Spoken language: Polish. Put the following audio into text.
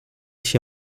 się